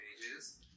pages